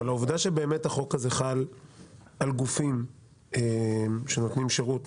אבל העובדה שהחוק הזה חל על גופים שנותנים שירות